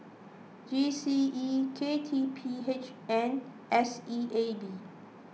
G C E K T P H and S E A B